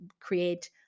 create